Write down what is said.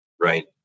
Right